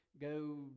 Go